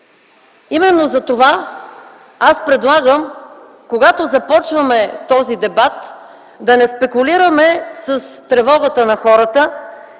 Именно затова предлагам, когато започваме този дебат, да не спекулираме с тревогата на хората.